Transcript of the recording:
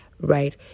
right